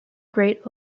great